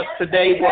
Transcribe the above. today